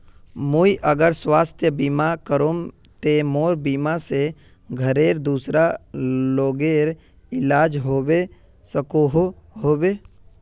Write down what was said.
मुई अगर स्वास्थ्य बीमा करूम ते मोर बीमा से घोरेर दूसरा लोगेर इलाज होबे सकोहो होबे?